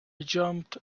jumped